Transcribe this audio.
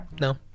no